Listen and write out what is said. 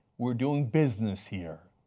we are doing business here.